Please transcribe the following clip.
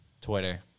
Twitter